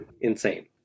insane